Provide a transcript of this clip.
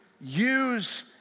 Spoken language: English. use